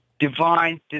divine